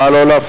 נא לא להפריע.